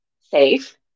safe